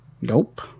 nope